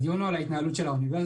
הדיון הוא על ההתנהלות של האוניברסיטה